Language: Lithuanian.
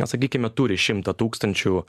na sakykime turi šimtą tūkstančių